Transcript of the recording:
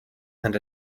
and